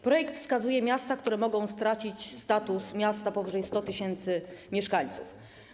Projekt wskazuje miasta, które mogą stracić status miasta powyżej 100 tys. mieszkańców.